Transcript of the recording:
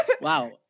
Wow